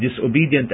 disobedient